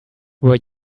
were